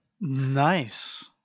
Nice